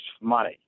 money